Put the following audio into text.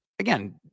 again